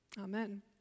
Amen